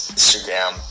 Instagram